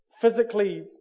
physically